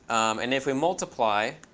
and if we multiply